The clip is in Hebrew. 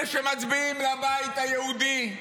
אלה שמצביעים לבית היהודי,